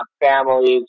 families